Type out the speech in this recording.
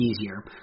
easier